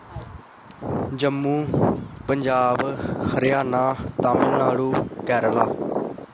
Jammu Punjab Haryana Tamil Nadu Kerala